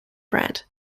brand